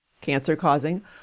cancer-causing